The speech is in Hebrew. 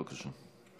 בבקשה.